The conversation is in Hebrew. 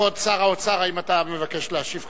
כבוד שר האוצר, האם אתה מבקש להשיב?